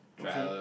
okay